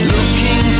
Looking